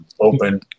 open